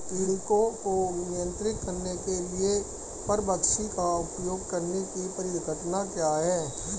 पीड़कों को नियंत्रित करने के लिए परभक्षी का उपयोग करने की परिघटना क्या है?